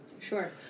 Sure